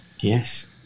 Yes